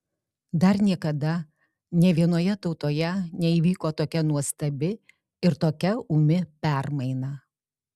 dar niekada nė vienoje tautoje neįvyko tokia nuostabi ir tokia ūmi permaina